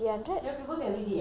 alternate weeks